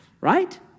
right